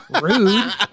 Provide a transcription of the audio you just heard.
Rude